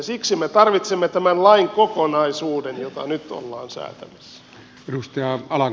siksi me tarvitsemme tämän lain kokonaisuuden jota nyt ollaan säätämässä